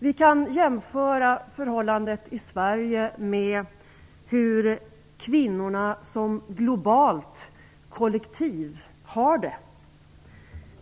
Vi kan jämföra förhållandena i Sverige med hur kvinnorna som globalt kollektiv har det.